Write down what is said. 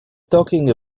talking